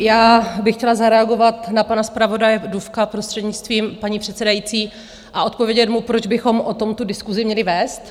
Já bych chtěla zareagovat na pana zpravodaje Dufka, prostřednictvím paní předsedající, a odpovědět mu, proč bychom o tom tu diskusi měli vést.